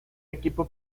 equipo